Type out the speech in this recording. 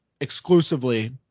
exclusively